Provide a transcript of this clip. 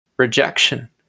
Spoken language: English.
rejection